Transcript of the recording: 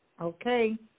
Okay